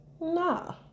Nah